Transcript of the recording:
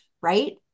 Right